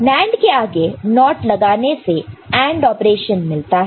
NAND के आगे NOT लगाने से AND ऑपरेशन मिलता है